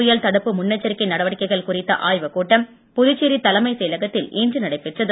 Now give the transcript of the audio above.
புயல் தடுப்பு முன்னெச்சரிக்கை நடவடிக்கைகள் குறித்த ஆய்வுக்கூட்டம் புதுச்சேரி தலைமைச் செயலகத்தில் இன்று நடைபெற்றது